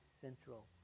central